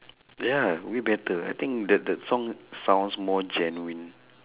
ya way better I think that that song sounds more genuine